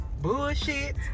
bullshit